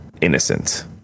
innocent